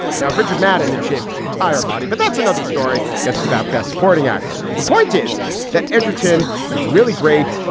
now frigid, matted and shaved his entire body. but that's another story. guess it's about best supporting actor. the point is that edgerton was really great.